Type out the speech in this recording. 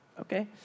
okay